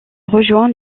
rejoint